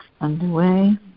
underway